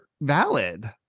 valid